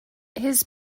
his